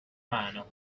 mano